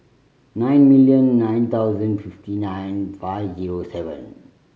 nine million nine thousand fifty nine five zero seven